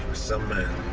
some man.